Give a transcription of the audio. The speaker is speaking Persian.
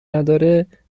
نداره